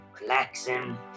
relaxing